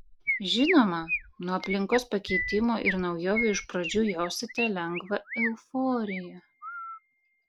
žinoma nuo aplinkos pakeitimo ir naujovių iš pradžių jausite lengvą euforiją